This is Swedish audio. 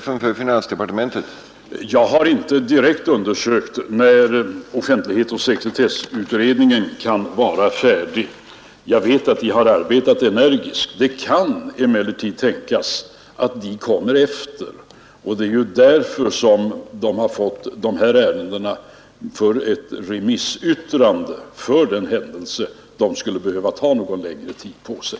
Herr talman! Jag har inte direkt undersökt när offentlighetsoch sekretessutredningen kan vara färdig. Jag vet att den har arbetat energiskt. Det kan emellertid tänkas att den kommer efter, och det är iu därför som den har fätt de här ärendena för ett remissyttrande, för den händelse den skulle behöva ta någon längre tid pa sig.